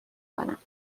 کنم